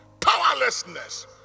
powerlessness